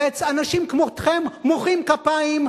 ואנשים כמותכם מוחאים כפיים,